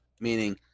meaning